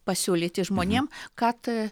pasiūlyti žmonėm kad